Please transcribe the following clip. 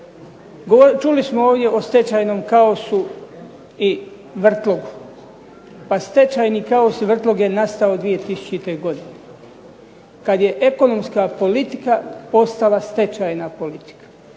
Čuli smo ovdje o stečajnom kaosu i vrtlogu. Pa stečajni kaos i vrtlog je nastao 2000. godine, kada je ekonomska politika postala stečajna politika,